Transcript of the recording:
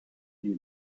you